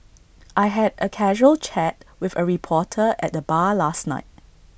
I had A casual chat with A reporter at the bar last night